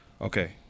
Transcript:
okay